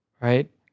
Right